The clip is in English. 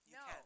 no